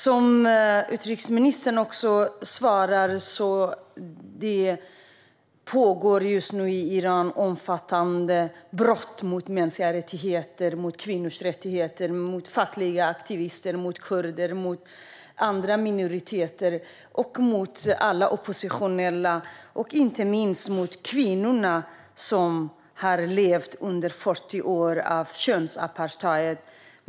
Som utrikesministern sa i sitt svar begås det just nu i Iran omfattande brott mot mänskliga rättigheter - brott mot kvinnors rättigheter, mot fackliga aktivister, mot kurder och mot andra minoriteter. Det begås brott mot alla oppositionella och inte minst mot kvinnorna, som under 40 år har levt under könsapartheid.